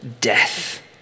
death